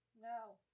No